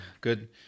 Good